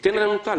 תגיד לנו אתה,